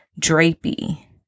drapey